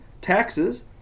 taxes